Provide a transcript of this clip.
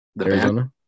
Arizona